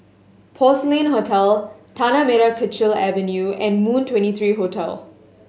Porcelain Hotel Tanah Merah Kechil Avenue and Moon Twenty three Hotel